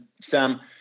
Sam